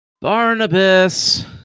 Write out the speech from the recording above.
Barnabas